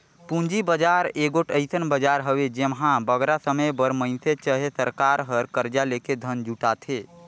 पूंजी बजार एगोट अइसन बजार हवे जेम्हां बगरा समे बर मइनसे चहे सरकार हर करजा लेके धन जुटाथे